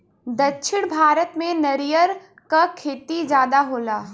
दक्षिण भारत में नरियर क खेती जादा होला